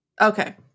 Okay